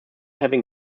having